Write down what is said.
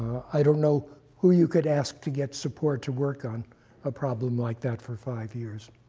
i don't know who you could ask to get support to work on a problem like that for five years.